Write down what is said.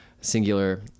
singular